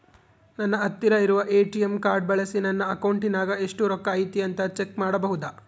ನನ್ನ ಹತ್ತಿರ ಇರುವ ಎ.ಟಿ.ಎಂ ಕಾರ್ಡ್ ಬಳಿಸಿ ನನ್ನ ಅಕೌಂಟಿನಾಗ ಎಷ್ಟು ರೊಕ್ಕ ಐತಿ ಅಂತಾ ಚೆಕ್ ಮಾಡಬಹುದಾ?